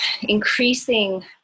increasing